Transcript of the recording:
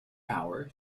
power